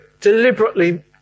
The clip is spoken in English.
deliberately